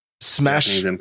Smash